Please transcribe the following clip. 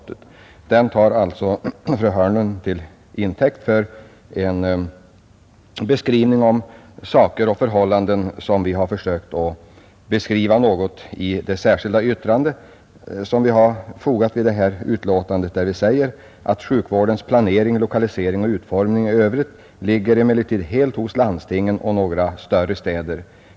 Denna motion tar alltså fru Hörnlund till intäkt för en beskrivning av saker och förhållanden som beskrives i det särskilda yttrande som fogas till utlåtandet, där vi säger: ”Sjukvårdens planering, lokalisering och utformning i övrigt ligger emellertid helt hos landstingen och några större städer.